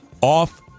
off